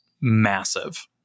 massive